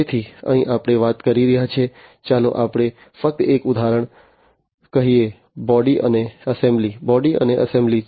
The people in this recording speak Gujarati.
તેથી અહીં આપણે વાત કરી રહ્યા છીએ ચાલો આપણે ફક્ત એક ઉદાહરણ કહીએ બોડી અને એસેમ્બલી બોડી અને એસેમ્બલી